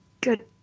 Good